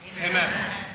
Amen